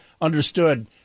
understood